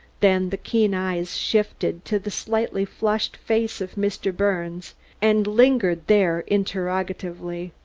then the keen eyes shifted to the slightly flushed face of mr. birnes and lingered there interrogatively.